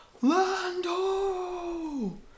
Lando